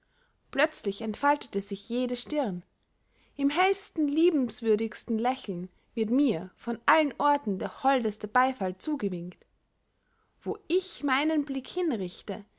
plötzlich entfaltete sich jede stirn im hellsten liebenswürdigsten lächeln wird mir von allen orten der holdeste beyfall zugewinkt wo ich meinen blick hinrichte